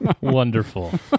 Wonderful